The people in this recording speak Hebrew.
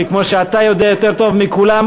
כי כמו שאתה יודע יותר טוב מכולם,